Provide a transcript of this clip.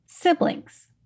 siblings